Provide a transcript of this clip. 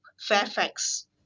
Fairfax